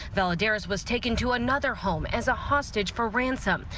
valid airs was taken to another home as a hostage for ransom.